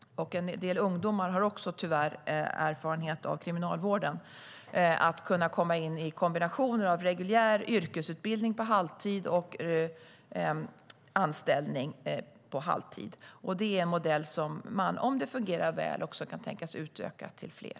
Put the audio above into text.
En del ungdomar har tyvärr också erfarenhet av kriminalvården. Traineejobben handlar om att komma in i reguljär yrkesutbildning på halvtid och anställning på halvtid. Det är en modell som man, om den fungerar väl, också kan tänkas utöka till fler.